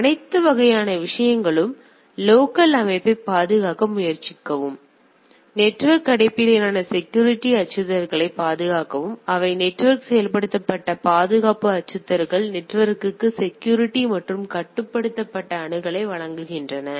எனவே அனைத்து வகையான விஷயங்களும் லோக்கல் அமைப்பைப் பாதுகாக்க முயற்சிக்கவும் நெட்வொர்க் அடிப்படையிலான செக்யூரிட்டி அச்சுறுத்தல்களைப் பாதுகாக்கவும் அவை நெட்வொர்க் செயல்படுத்தப்பட்ட பாதுகாப்பு அச்சுறுத்தல்கள் நெட்வொர்க்ற்கு செக்யூரிட்டி மற்றும் கட்டுப்படுத்தப்பட்ட அணுகலை வழங்குகின்றன